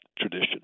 tradition